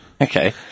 Okay